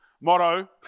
Motto